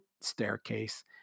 staircase